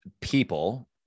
people